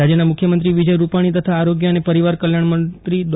રાજ્યના મુખ્યમંત્રી વિજય રૂપાણી તથા આરોગ્ય અને પરિવાર કલ્યાણ મંત્રી ડો